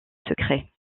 secret